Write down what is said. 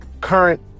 current